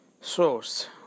source